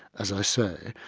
as i say,